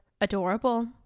adorable